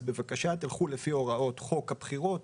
בבקשה תלכו לפי הוראות חוק הבחירות.